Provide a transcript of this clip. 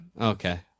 Okay